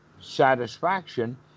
satisfaction